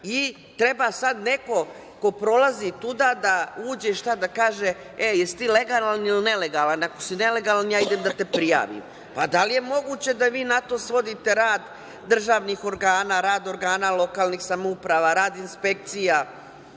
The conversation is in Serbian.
I, treba sad neko ko prolazi tuda da uđe i šta da kaže - e jesi ti legalan ili nelegalan, ako si nelegalan ja idem da te prijavim. Da li je moguće da vi na to svodite rad državnih organa, rad organa lokalnih samouprava, radi inspekcija?